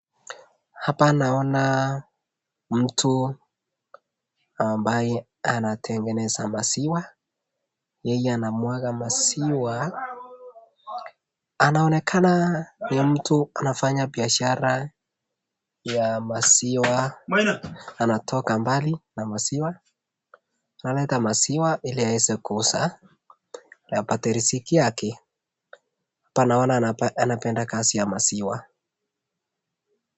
Hapa naona mtu ambaye anatengeneza maziwa yeye anamwaga maziwa. Anaonekana ni mtu anafanya biashara ya maziwa anatoka mbali na maziwa analeta maziwa ili aweze kuuza apate riziki yake. Hapa naona anapenda kazi ya maziwa.